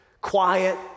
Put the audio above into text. quiet